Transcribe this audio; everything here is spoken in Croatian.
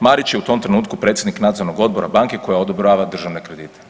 Marić je u tom trenutku predsjednik nadzornog odbora banke koja odobrava državne kredite.